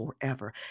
forever